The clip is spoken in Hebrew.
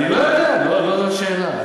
אני לא יודע, לא זו השאלה.